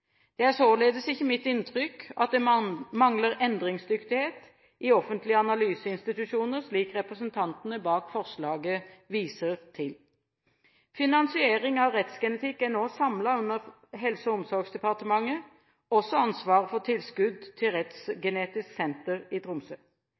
Det er således ikke mitt inntrykk at det mangler endringsdyktighet i offentlige analyseinstitusjoner, slik representantene bak forslaget viser til. Finansiering av rettsgenetikk er nå samlet under Helse- og omsorgsdepartementet, også ansvaret for tilskudd til